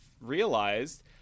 realized